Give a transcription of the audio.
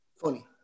Funny